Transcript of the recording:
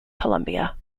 columbia